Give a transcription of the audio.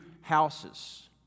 houses